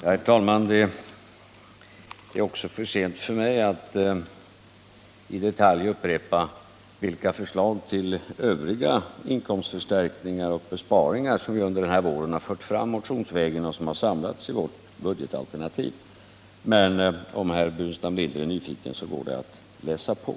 Herr talman! Det är för sent också för mig att i detalj upprepa vilka förslag till övriga inkomstförstärkningar och besparingar som vi under denna vår fört fram motionsvägen och som har samlats i vårt budgetalternativ. Men om herr Burenstam Linder är nyfiken, går det att läsa på.